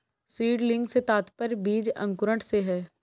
seedling से तात्पर्य बीज अंकुरण से है